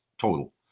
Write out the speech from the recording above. total